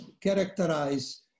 characterize